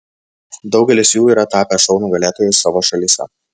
daugelis jų yra tapę šou nugalėtojais savo šalyse